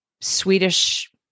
Swedish